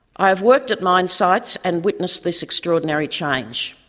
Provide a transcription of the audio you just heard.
i have worked at mine sites and witnessed this extraordinary change.